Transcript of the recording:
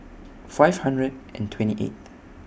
five hundred and twenty eighth